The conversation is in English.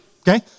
Okay